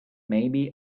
maybe